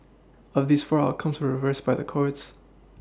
of these four outcomes were reversed by the courts